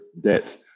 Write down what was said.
debts